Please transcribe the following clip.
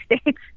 states